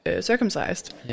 circumcised